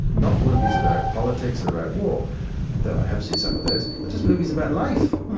not movies about politics or about war though i have seen some of those but just movies about life.